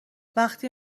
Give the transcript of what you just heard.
وقتی